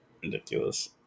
ridiculous